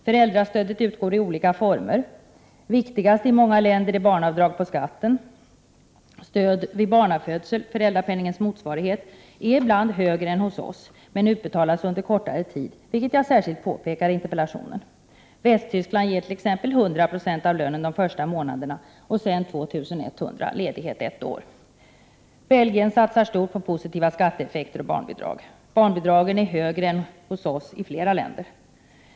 Föräldrastödet utgår i olika former. I många länder är barnavdraget på skatten viktigast. Stödet vid barnafödsel, föräldrapenningens motsvarighet, är ibland högre än hos oss, men utbetalas under kortare tid. Detta har jag särskilt påpekat i interpellationen. I Västtyskland får man t.ex. 100 90 av lönen de första månaderna och sedan 2 100 kr. Ledighet är ett år. Belgien satsar stort på positiva skatteeffekter och barnbidrag. Barnbidragen är högre än hos oss i flera länder.